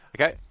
Okay